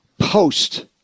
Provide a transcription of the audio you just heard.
post